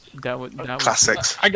classics